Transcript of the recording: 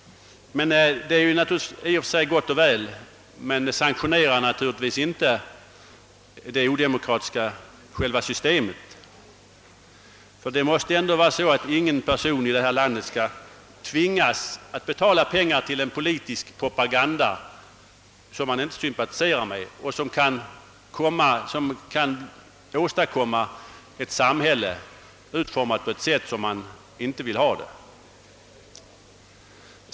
Detta är givetvis gott och väl men sanktionerar inte det odemokratiska i själva systemet. Ingen människa i detta land skall kunna tvingas att betala pengar till en politisk propaganda, som hon inte sympatiserar med och som kan leda till ett samhälle utformat på ett sätt som hon inte vill ha det.